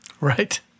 Right